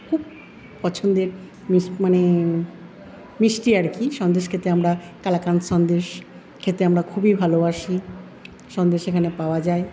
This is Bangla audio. খুব পছন্দের মিশ মানে মিষ্টি আর কি সন্দেশ খেতে আমরা কালাকাঁদ সন্দেশ খেতে আমরা খুবই ভালোবাসি সন্দেশ এখানে পাওয়া যায়